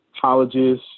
colleges